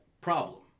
problem